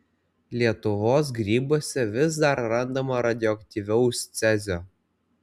lietuvos grybuose vis dar randama radioaktyvaus cezio